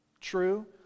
true